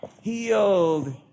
healed